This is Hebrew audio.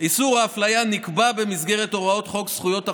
איסור האפליה נקבע במסגרת הוראות חוק זכויות החולה,